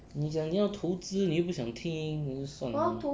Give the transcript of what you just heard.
你讲你要投资你又不想听 then 就算了 lor